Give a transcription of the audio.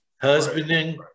husbanding